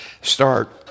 start